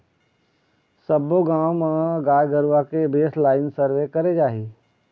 सब्बो गाँव म गाय गरुवा के बेसलाइन सर्वे करे जाही